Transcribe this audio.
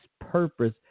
purpose